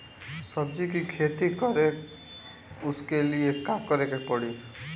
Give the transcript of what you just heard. सब्जी की खेती करें उसके लिए का करिके पड़ी?